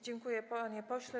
Dziękuję, panie pośle.